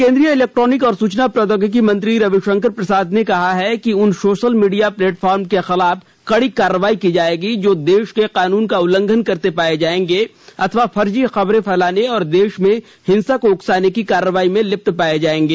केन्द्रीय इलेक्ट्रॉनक और सूचना प्रौद्योगिकी मंत्री रविशंकर प्रसाद ने कहा है कि उन सोशल मीडिया प्लेटफार्म के खिलाफ कड़ी कार्रवाई की जाएगी जो देश के कानून का उल्लंघन करते पाये जायेंगे अथवा फर्जी खबरें फैलाने और देश में हिंसा को उकसाने की कार्रवाई में लिप्त पाये जायेंगे